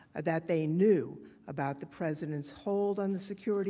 that they knew about the president's hold on the security